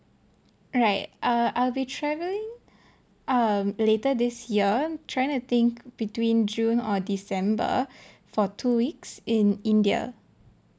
right uh I'll be travelling uh later this year I'm trying to think between june or december for two weeks in india